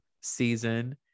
season